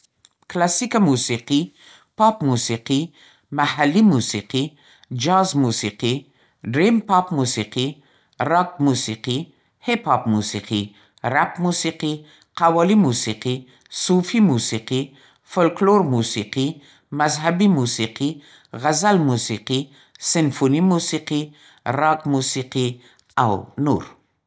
کلاسیکه موسیقي، پاپ موسیقي، محلی موسیقي، جاز موسیقي، ډرېم پاپ موسیقي، راک موسیقي، هېپ هاپ موسیقي، رپ موسیقي، قوالي موسیقي، صوفي موسیقي، فولکلور موسیقي، مذهبي، غزل موسیقي، سینفوني موسیقي، راګ موسیقي او نور